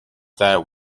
that